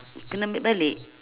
kena ambil balik